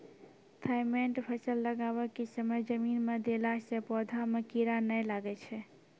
Thimet फ़सल लगाबै के समय जमीन मे देला से पौधा मे कीड़ा नैय लागै छै?